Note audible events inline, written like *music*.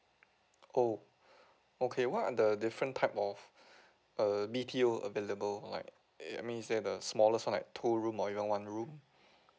oh okay what are the different type of *breath* err B_T_O available or like uh I mean is there a smallest one like two room or even one room *breath*